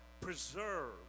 preserve